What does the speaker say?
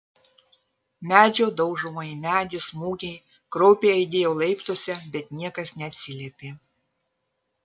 medžio daužomo į medį smūgiai kraupiai aidėjo laiptuose bet niekas neatsiliepė